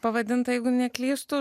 pavadintą jeigu neklystu